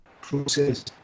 process